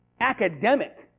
academic